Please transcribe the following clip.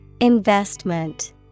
Investment